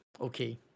okay